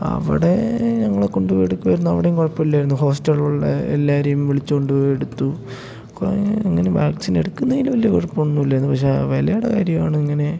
അവിടെ ഞങ്ങളെ കൊണ്ട് പോയി എടുക്കുക ആയിരുന്നു അവിടേം കുഴപ്പമില്ലായിരുന്നു ഹോസ്റ്റലുള്ള എല്ലാവരെയും വിളിച്ചോണ്ട് പോയി എടുത്തു കുറെ ഇങ്ങനെ വാക്സിനെടുക്കുന്നതിന് വലിയ കുഴപ്പം ഒന്നുമില്ലായിരുന്നു പക്ഷേ ആ വിലയുടെ കാര്യമാണ് ഇങ്ങനെ